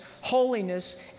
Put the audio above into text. holiness